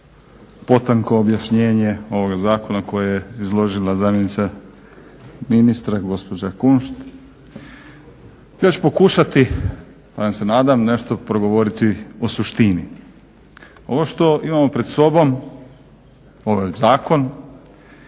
potanko objašnjenje ovoga zakona koje je izložila zamjenica ministra gospođa Kunšt. Ja ću pokušati, bar se nadam, nešto progovoriti o suštini. Ovo što imamo pred sobom ovaj Zakon